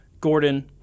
Gordon